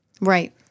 Right